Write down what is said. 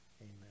amen